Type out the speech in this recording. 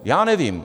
Já nevím.